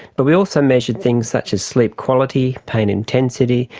but we also measured things such as sleep quality pain intensity,